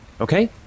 Okay